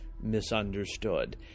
misunderstood